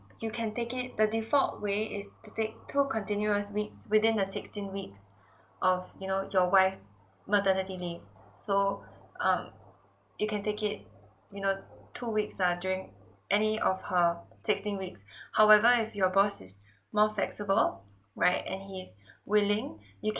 you can take it the default way is to take two continuous weeks within the sixteen weeks of you know your wife's maternity leave so um you can take it you know two weeks are during any of her sixteen weeks however if your boss is more flexible right and he is willing you